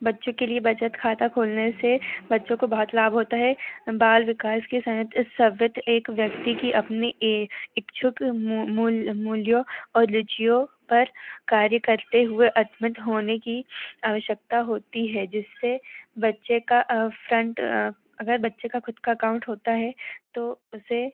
लिए बचत खाता खोलने से बच्चों को बहुत लाभ होता है बाल विकास के सवयत एक व्यक्ति की अपनी ए इच्छुक मूल मूल्यों और रुचियों पर कार्य करते हुए अतमित होने की आवश्यकता होती है जिससे बच्चे का फ़्रन्ट अगर बच्चे का ख़ुद का अकाउंट होता है तो उसे